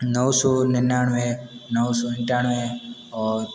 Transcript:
नौ सौ निन्यानवे नौ सौ अठानवे और